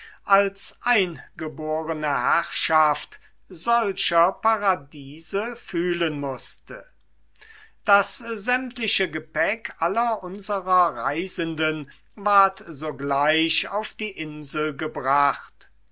als eingeborne herrschaft solcher paradiese fühlen mußte das sämtliche gepäck aller unserer reisenden ward sogleich auf die insel gebracht